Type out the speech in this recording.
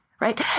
right